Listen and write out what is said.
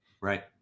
Right